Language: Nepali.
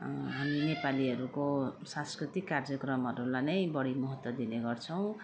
नेपालीहरूको सांस्कृतिक कार्यक्रमहरूलाई नै बढी महत्त्व दिने गर्छौँ